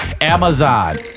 Amazon